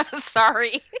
Sorry